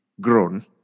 grown